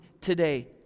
today